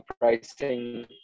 pricing